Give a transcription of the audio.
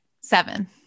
Seven